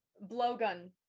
blowgun